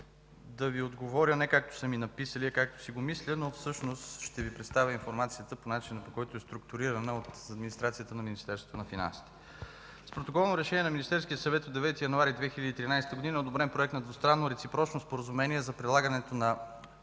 да Ви отговоря не както са ми написали, а както си го мисля, но всъщност ще Ви представя информацията по начина, по който е структурирана от администрацията на Министерството на финансите. С Протоколно решение на Министерския съвет от 9 януари 2013 г. е одобрен Проект на двустранно реципрочно Споразумение за прилагането на